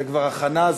זה כבר הכנה?